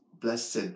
Blessed